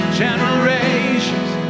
generations